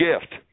gift